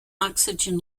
oxygen